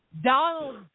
Donald